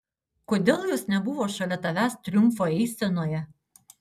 kodėl jos nebuvo šalia tavęs triumfo eisenoje